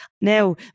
Now